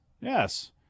Yes